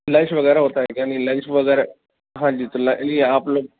lunch وغیرہ ہوتا ہے کیا نہیں لنچ وغیرہ ہاں جی تو لیے آپ لوگ